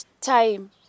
time